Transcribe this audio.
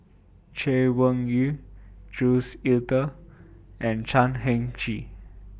Chay Weng Yew Jules Itier and Chan Heng Chee